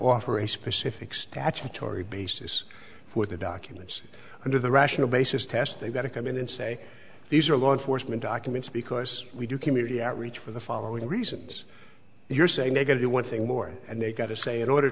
offer a specific statutory basis for the documents under the rational basis test they've got to come in and say these are law enforcement documents because we do community outreach for the following reasons you're saying negative one thing more and they've got to say in order